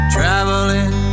Traveling